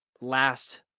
last